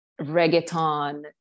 reggaeton